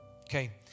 Okay